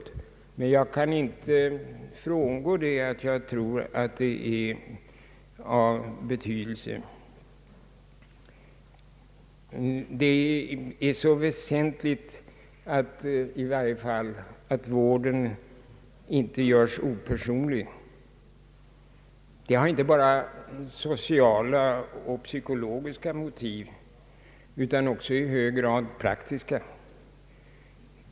Men jag kan inte frångå att jag tror att det är av betydelse. I varje fall är det väsentligt att vården inte görs opersonlig. Det finns inte bara sociala och psykologiska motiv härför utan i hög grad också praktiska.